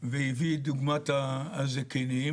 והביא את דוגמת הזקנים,